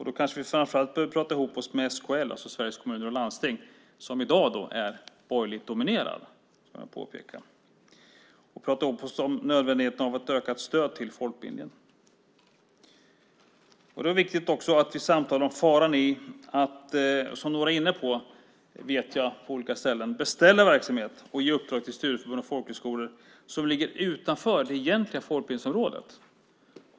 Då behöver vi framför allt prata ihop oss med SKL, Sveriges Kommuner och Landsting, som i dag är borgerligt dominerade, om nödvändigheten av ökat stöd till folkbildningen. Det är också viktigt att vi samtalar om faran i att, som några är inne på vet jag, beställa verksamhet och ge uppdrag till studieförbund och folkhögskolor som ligger utanför det egentliga folkbildningsområdet.